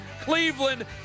Cleveland